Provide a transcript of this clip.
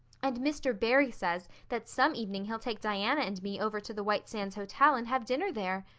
and mr. barry says that some evening he'll take diana and me over to the white sands hotel and have dinner there.